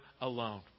alone